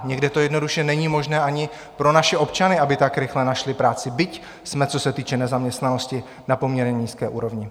Někde to jednoduše není možné ani pro naše občany, aby tak rychle našli práci, byť jsme, co se týče nezaměstnanosti, na poměrně nízké úrovni.